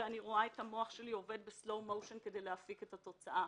וראיתי את המוח שלי עובד בסלואו-מושן כדי להפיק את התוצאה.